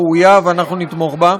ראויה ואנחנו נתמוך בה.